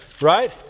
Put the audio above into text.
Right